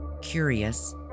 Curious